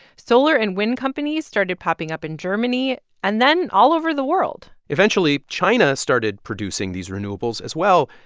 solar and wind companies started popping up in germany and then all over the world eventually, china started producing these renewables as well,